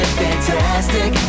fantastic